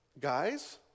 Guys